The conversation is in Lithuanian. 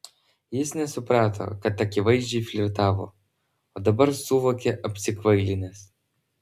jis nesuprato kad akivaizdžiai flirtavo o dabar suvokė apsikvailinęs